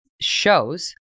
shows